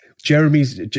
Jeremy's